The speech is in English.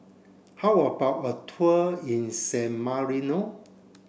how about a tour in San Marino